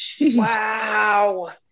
Wow